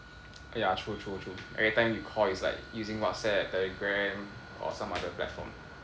eh ya true true true everytime you call is like using WhatsApp Telegram or some other platform